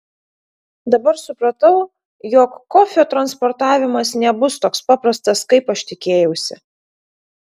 dabar supratau jog kofio transportavimas nebus toks paprastas kaip aš tikėjausi